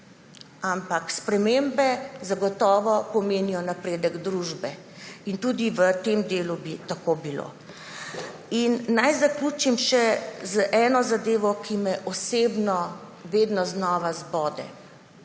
Ampak spremembe zagotovo pomenijo napredek družbe. In tudi v tem delu bi tako bilo. Naj zaključim še z eno zadevo, ki me osebno vedno znova zbode